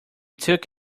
took